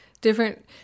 different